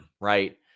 right